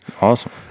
Awesome